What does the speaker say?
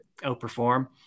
outperform